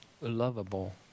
lovable